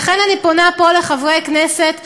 לכן אני פונה פה לחברי הכנסת: